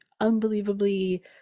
unbelievably